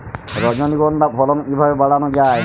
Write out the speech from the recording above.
রজনীগন্ধা ফলন কিভাবে বাড়ানো যায়?